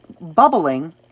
bubbling